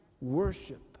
worship